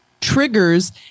triggers